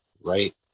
Right